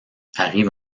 arrive